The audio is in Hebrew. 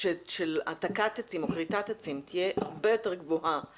של העתקת עצים או כריתת עצים תהיה הרבה יותר גבוהה,